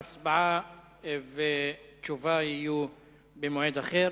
הצבעה ותשובה במועד אחר.